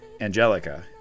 Angelica